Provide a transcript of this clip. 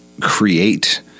create